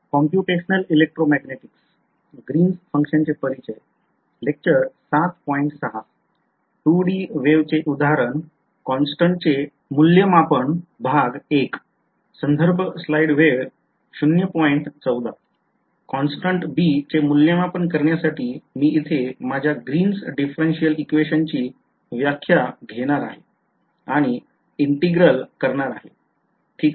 constant b चे मूल्यमापन करण्यासाठी मी इथे माझ्या ग्रीन्स differential equation ची व्याख्या घेणार आहे आणि integral करणार आहे ठीक आहे